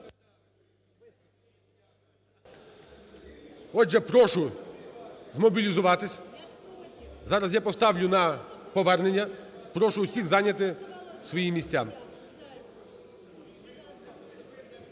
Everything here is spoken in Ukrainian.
Отже, прошу змобілізуватись. Зараз я поставлю на повернення. Прошу всіх зайняти свої місця.